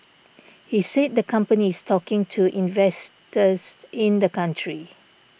he said the company is talking to investors in the country